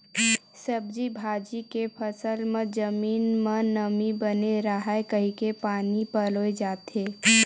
सब्जी भाजी के फसल म जमीन म नमी बने राहय कहिके पानी पलोए जाथे